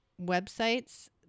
Websites